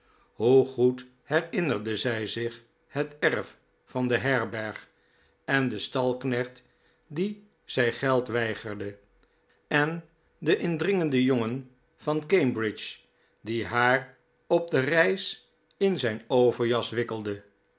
hoe goed herinnerde zij zich het erf van de herberg en den stalknecht dien zij geld weigerde en den indringerigen jongen van cambridge die haar op de reis in zijn overjas wikkelde